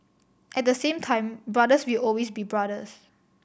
at the same time brothers will always be brothers